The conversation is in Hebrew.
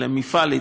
אלא מפעל,